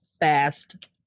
fast